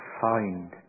find